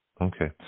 Okay